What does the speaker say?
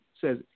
says